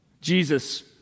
Jesus